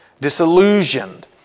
disillusioned